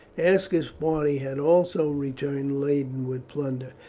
aska's party had also returned laden with plunder,